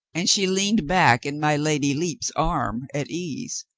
and she leaned back in my lady lepe's arm at ease.